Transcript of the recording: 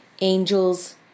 angels